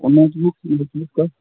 notebook notebook का